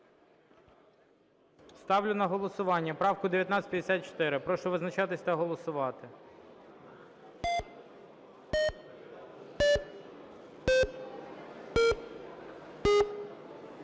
Ставлю на голосування 1955. Прошу визначатись та голосувати.